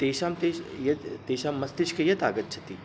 तेषां तेषां यत् तेषां मस्तिष्के यत् आगच्छति